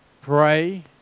pray